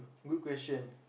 good question